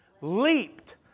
Leaped